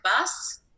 bus